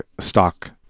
stock